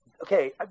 okay